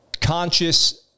conscious